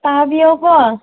ꯇꯥꯕꯤꯌꯣꯀꯣ